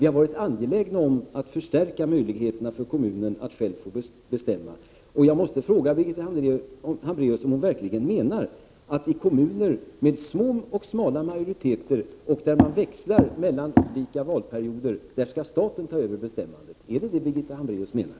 Vi har varit angelägna om att förstärka möjligheterna för kommunen att självständigt bestämma. Jag måste fråga Birgitta Hambraeus om hon verkligen menar att staten skall ta över bestämmanderätten i kommuner som har små och smala majoriteter och där majoriteterna växlar mellan olika valperioder? Är det detta som Birgitta Hambraeus menar?